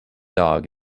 dog